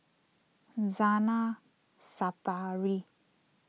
Zainal Sapari